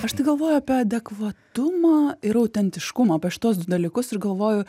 aš tai galvoju apie adekvatumą ir autentiškumą apie šituos du dalykus ir galvoju